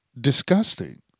disgusting